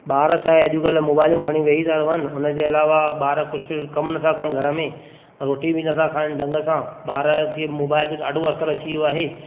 ॿार छाहे अॼुकल्ह मोबाइलूं खणी था वेही रहनि उन जे अलावा कुझु कमु न था कनि घर में रोटी बि न था खाइनि ढंग सां ॿार जे मोबाइल जो ॾाढो असरु अची वियो आहे